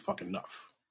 enough